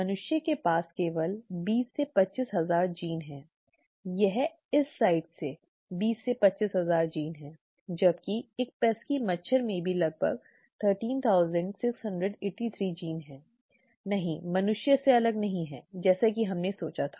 मनुष्य के पास केवल 20 से 25 हजार जीन हैं ठीकयह इस साइट से 20 से 25 हजार जीन हैं जबकि एक pesky मच्छर में भी लगभग 13683 जीन हैं ठीकनहीं मनुष्यों से अलग नहीं है जैसा कि हमने सोचा था